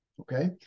okay